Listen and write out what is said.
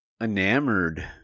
enamored